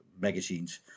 magazines